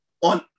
on